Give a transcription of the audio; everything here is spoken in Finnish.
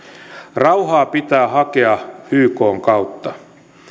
rauhaa pitää hakea ykn kautta